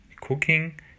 cooking